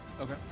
Okay